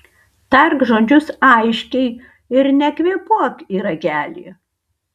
tark žodžius aiškiai ir nekvėpuok į ragelį